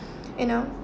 you know